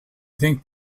think